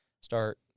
start